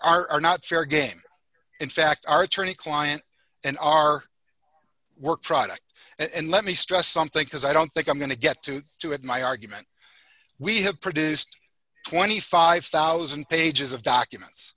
acknowledge are not fair game in fact our attorney client and our work product and let me stress something because i don't think i'm going to get to to it my argument we have produced twenty five thousand pages of documents